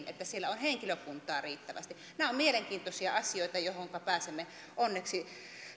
että siellä on henkilökuntaa riittävästi nämä ovat mielenkiintoisia asioita joihinka pääsemme onneksi